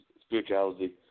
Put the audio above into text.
spirituality